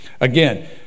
Again